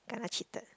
kena cheated